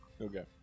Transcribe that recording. okay